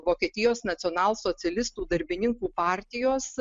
vokietijos nacionalsocialistų darbininkų partijos